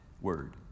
word